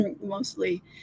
mostly